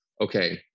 okay